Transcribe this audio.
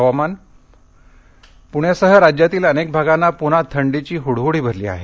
हवामान पुण्यासह राज्यातील अनेक भागांना पुन्हा थंडीची हुडडुडी भरली आहे